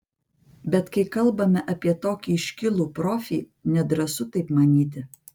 bet kai kalbame apie tokį iškilų profį nedrąsu taip manyti